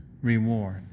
Reward